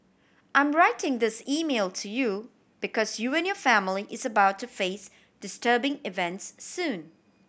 I'm writing this email to you because you and your family is about to face disturbing events soon